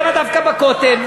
למה דווקא בכותל?